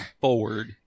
Forward